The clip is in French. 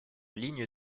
ligne